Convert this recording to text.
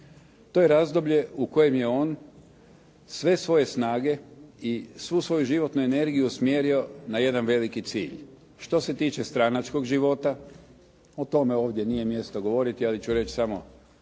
To je razdoblje u kojem je on sve svoje snage i svu svoju životnu energiju usmjerio na jedan veliki cilj. Što se tiče stranačkog života, o tome ovdje nije mjesto govoriti, ali ću reći samo